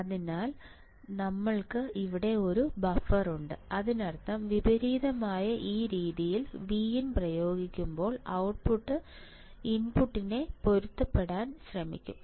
അതിനാൽ ഞങ്ങൾക്ക് ഇവിടെ ഒരു ബഫർ ഉണ്ട് അതിനർത്ഥം വിപരീതമായി ഈ രീതിയിൽ Vin പ്രയോഗിക്കുമ്പോൾ ഔട്ട്പുട്ട് ഇൻപുട്ടിനെ പൊരുത്തപ്പെടുത്താൻ ശ്രമിക്കും